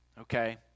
okay